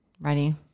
ready